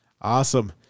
Awesome